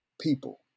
people